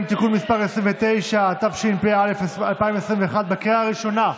ועוד משהו: